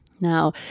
Now